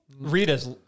Rita's